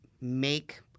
make